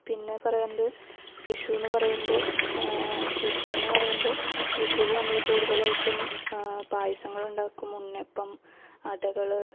പിന്നെ പറയുന്നത് വിഷു എന്ന് പറയുമ്പോൾ വിഷു എന്ന് പറയുമ്പോൾ വിഷുന് നമ്മൾ കൂടുതലായിട്ടും പായസങ്ങളുണ്ടാക്കും ഉണ്ണിയപ്പം അടകൾ